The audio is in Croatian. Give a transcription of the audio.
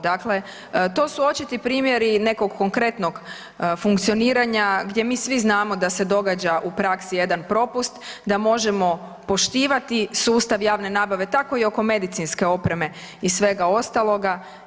Dakle, to su očiti primjeri nekog konkretnog funkcioniranja gdje mi svi znamo da se događa u praksi jedan propust da možemo poštivati sustav javne nabave, tako i oko medicinske opreme i svega ostaloga.